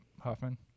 Hoffman